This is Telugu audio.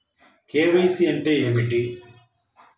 కే.వై.సి అంటే ఏమి?